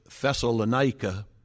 Thessalonica